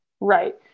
Right